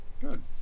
Good